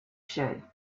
should